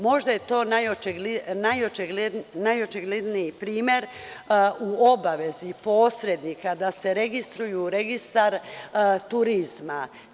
Možda je to najočigledniji primer u obavezi posrednika da se registruju u registar turizma.